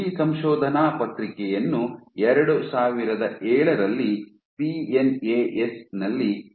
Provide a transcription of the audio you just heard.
ಈ ಸಂಶೋಧನಾ ಪತ್ರಿಕೆಯನ್ನು 2007 ರಲ್ಲಿ ಪಿಎನ್ಎಎಸ್ ನಲ್ಲಿ ಪ್ರಕಟಿಸಲಾಗಿದೆ